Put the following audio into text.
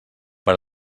per